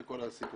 זה כל הסיפור.